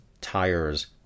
tires